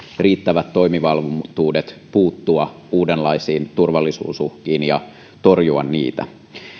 riittävät toimivaltuudet puuttua uudenlaisiin turvallisuusuhkiin ja torjua niitä